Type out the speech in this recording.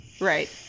Right